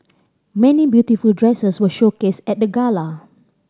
many beautiful dresses were showcased at the gala